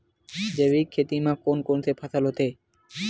जैविक खेती म कोन कोन से फसल होथे?